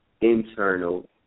internal